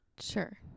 Sure